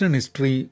history